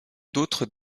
d’autres